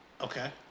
Okay